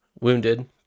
wounded